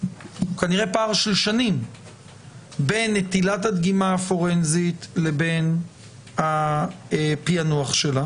אלא של שנים בין נטילת הדגימה הפורנזית לבין הפענוח שלה